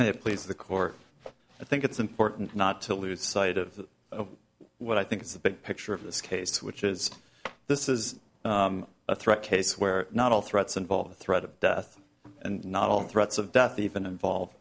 but please the core i think it's important not to lose sight of what i think it's the big picture of this case which is this is a threat case where not all threats involve the threat of death and not all threats of death even involve